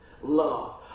Love